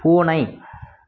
பூனை